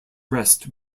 rest